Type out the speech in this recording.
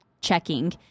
checking